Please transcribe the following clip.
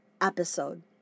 episode